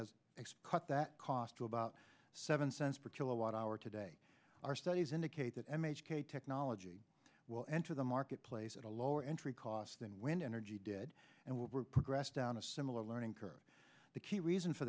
has cut that cost to about seven cents per kilowatt hour today our studies indicate that m h k technology will enter the marketplace at a lower entry cost than wind energy did and we're progressed down a similar learning curve the key reason for